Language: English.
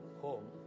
home